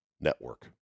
Network